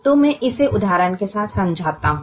तो मैं इसे उदाहरण के साथ समझाता हूं